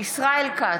ישראל כץ,